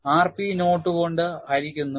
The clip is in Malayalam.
rp നോട്ട് കൊണ്ട് ഹരിക്കുന്നു